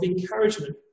encouragement